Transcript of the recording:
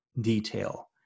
detail